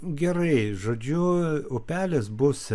gerai žodžiu upelis bus